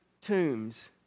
tombs